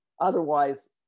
Otherwise